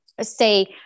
say